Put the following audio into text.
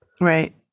Right